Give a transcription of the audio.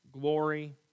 glory